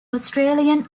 australian